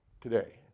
today